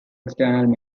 external